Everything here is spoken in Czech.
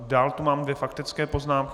Dál tu mám dvě faktické poznámky.